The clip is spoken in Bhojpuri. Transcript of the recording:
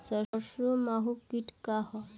सरसो माहु किट का ह?